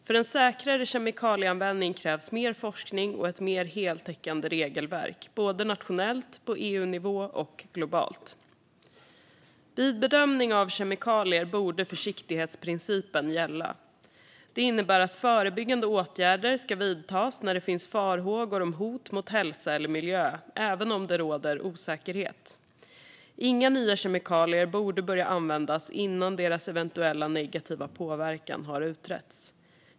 För en säkrare kemikalieanvändning krävs mer forskning och ett mer heltäckande regelverk både nationellt, på EU-nivå och globalt. Vid bedömning av kemikalier borde försiktighetsprincipen gälla. Det innebär att förebyggande åtgärder ska vidtas när det finns farhågor om hot mot hälsa eller miljö, även om det råder osäkerhet. Inga nya kemikalier borde börja användas innan deras eventuella negativa påverkan har utretts.